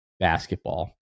basketball